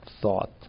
thought